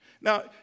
Now